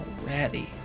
already